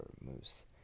moose